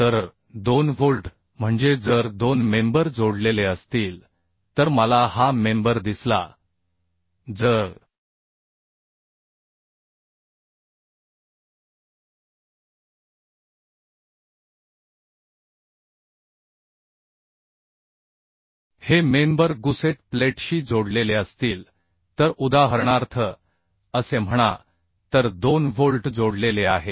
तर 2 व्होल्ट म्हणजे जर दोन मेंबर जोडलेले असतील तर मला हा मेंबर दिसला जर हे मेंबर गुसेट प्लेटशी जोडलेले असतील तर उदाहरणार्थ असे म्हणा तर 2 व्होल्ट जोडलेले आहेत